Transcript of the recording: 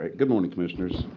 good morning, commissioners.